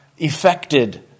affected